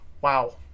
Wow